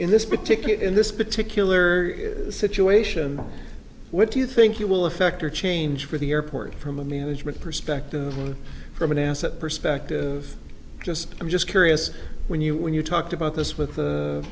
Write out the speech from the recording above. in this particular in this particular situation what do you think it will affect or change for the airport from amusement perspective from an asset perspective just i'm just curious when you when you talked about this with